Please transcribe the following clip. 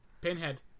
Pinhead